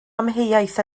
amheuaeth